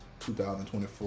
2024